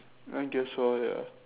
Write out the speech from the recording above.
I guess so ya